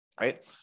right